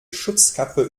schutzkappe